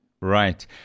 Right